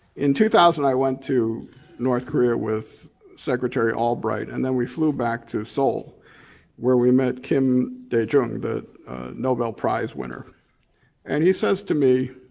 in two thousand i went to north korea with secretary albright and then we flew back to seoul where we met kim dae-jung, the nobel prize winner and he says to me